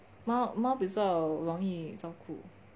猫猫比较容易照顾